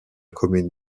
commune